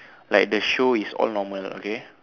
like the show is all normal okay